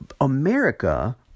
America